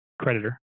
creditor